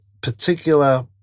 particular